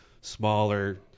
smaller